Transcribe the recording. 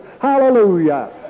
hallelujah